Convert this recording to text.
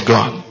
God